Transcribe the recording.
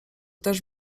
też